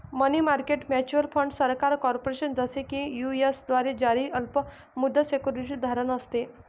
मनी market mutual fund सरकार, corporation, जसे की यू.एस द्वारे जारी अल्प मुदत सिक्युरिटीज धारण असते